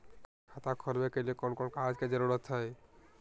खाता खोलवे के लिए कौन कौन कागज के जरूरत है?